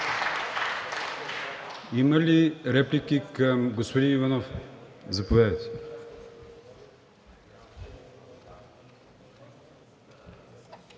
Има ли реплики към господин Иванов? Заповядайте.